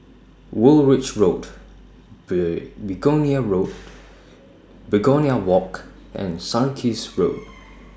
Woolwich Road Begonia Road Begonia Walk and Sarkies Road